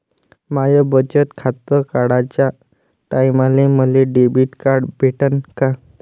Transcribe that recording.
माय बचत खातं काढाच्या टायमाले मले डेबिट कार्ड भेटन का?